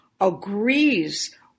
agrees